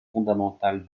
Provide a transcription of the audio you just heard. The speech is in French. fondamentale